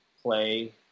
play